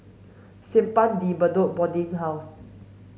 Simpang De Bedok Boarding House